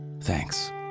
Thanks